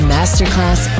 Masterclass